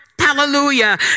hallelujah